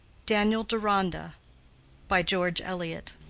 daniel deronda by george eliot